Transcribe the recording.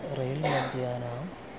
रैल्मध्यानम्